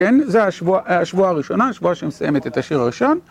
כן, זה השבועה הראשונה, השבועה שמסיימת את השיר הראשון.